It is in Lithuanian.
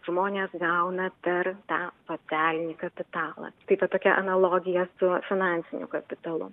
žmonės gauna per tą socialinį kapitalą tai ta tokia analogija su finansiniu kapitalu